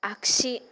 आखसि